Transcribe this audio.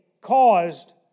caused